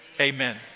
Amen